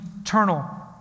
eternal